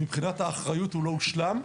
מבחינת האחריות, הוא לא הושלם.